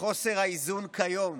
לחוסר האיזון כיום